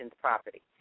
property